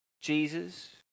Jesus